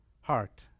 heart